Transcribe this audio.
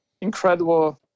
incredible